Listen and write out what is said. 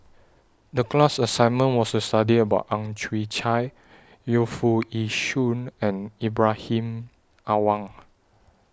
The class assignment was to study about Ang Chwee Chai Yu Foo Yee Shoon and Ibrahim Awang